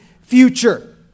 future